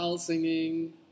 singing